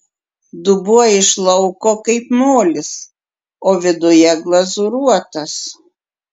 dubuo iš lauko kaip molis o viduje glazūruotas